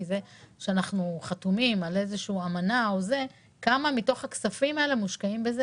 זה שאנחנו חתומים על איזו אמנה כמה מתוך הכסף מושקע בזה?